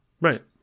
Right